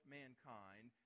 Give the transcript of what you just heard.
mankind